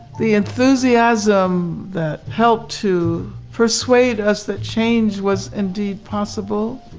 the enthusiasm that helped to persuade us that change was indeed possible.